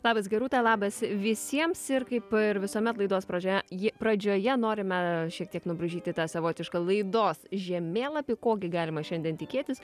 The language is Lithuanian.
labas gerūta labas visiems ir kaip ir visuomet laidos pradžioje ji pradžioje norime šiek tiek nubraižyti tą savotišką laidos žemėlapį ko gi galima šiandien tikėtis